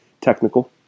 technical